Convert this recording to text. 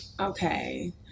Okay